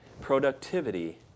Productivity